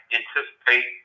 anticipate